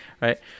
right